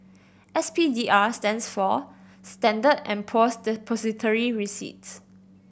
S P D R stands for Standard and Poor's Depository Receipts